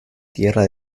tierra